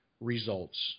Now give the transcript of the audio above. results